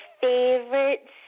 favorite